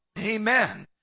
Amen